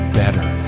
better